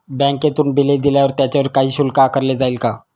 बँकेतून बिले दिल्यावर त्याच्यावर काही शुल्क आकारले जाईल का?